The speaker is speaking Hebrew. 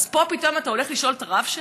אז פה פתאום אתה הולך לשאול את הרב שלו?